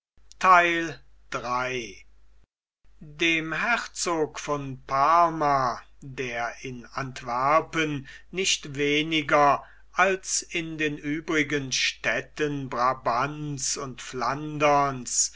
dem herzog von parma der in antwerpen nicht weniger als in den übrigen städten brabants und flanderns